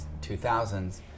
2000s